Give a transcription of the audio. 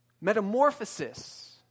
Metamorphosis